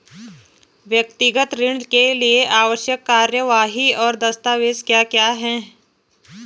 व्यक्तिगत ऋण के लिए आवश्यक कार्यवाही और दस्तावेज़ क्या क्या हैं?